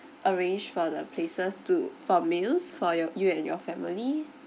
arrange for the places to for meals for you~ you and your family